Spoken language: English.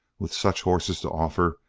with such horses to offer,